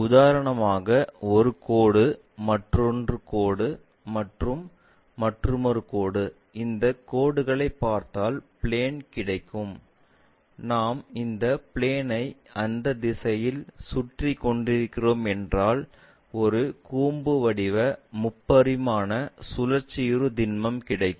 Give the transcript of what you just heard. உதாரணமாக ஒரு கோடு மற்றொரு கோடு மற்றும் மற்றொரு கோடு இந்த கோடுகளை சேர்ந்தால் பிளேன் கிடைக்கும் நாம் இந்த பிளேன்ஐ இந்த அச்சில் சுற்றிக் கொண்டிருக்கிறோம் என்றால் ஒரு கூம்பு வடிவ முப்பரிமாண சுழற்சியுறு திண்மம் கிடைக்கும்